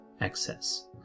excess